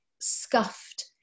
scuffed